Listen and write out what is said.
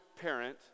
parent